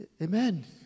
Amen